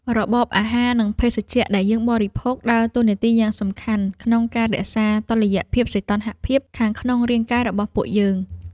របបអាហារនិងភេសជ្ជៈដែលយើងបរិភោគដើរតួនាទីយ៉ាងសំខាន់ក្នុងការរក្សាតុល្យភាពសីតុណ្ហភាពខាងក្នុងរាងកាយរបស់ពួកយើង។